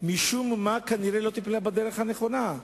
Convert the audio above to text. משום מה כנראה לא טיפלה בדרך הנכונה.